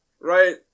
Right